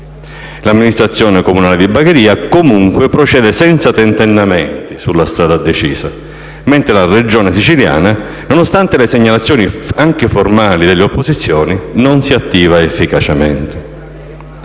L'amministrazione comunale di Bagheria procede comunque senza tentennamenti sulla strada decisa, mentre la Regione siciliana, nonostante le segnalazioni anche formali delle opposizioni, non si attiva efficacemente.